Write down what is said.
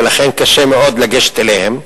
ולכן קשה להגיע אליהם,